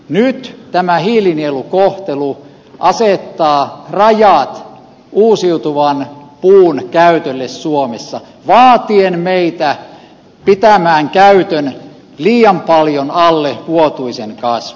nyt tämä hiilinielukohtelu asettaa rajat uusiutuvan puun käytölle suomessa vaatien meitä pitämään käytön liian paljon alle vuotuisen kasvun